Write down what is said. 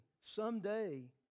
someday